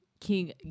King